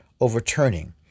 overturning